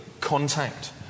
contact